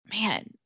man